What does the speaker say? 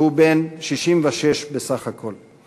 והוא בן 66 בסך הכול.